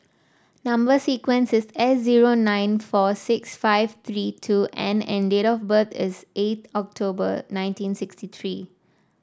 number sequence is S zero nine four six five three two N and date of birth is eighth October nineteen sixty three